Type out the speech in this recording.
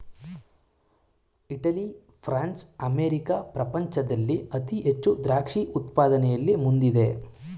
Italy, France, America ಪ್ರಪಂಚದಲ್ಲಿ ಅತಿ ಹೆಚ್ಚು ದ್ರಾಕ್ಷಿ ಉತ್ಪಾದನೆಯಲ್ಲಿ ಮುಂದಿದೆ